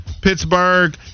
Pittsburgh